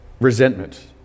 resentment